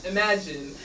Imagine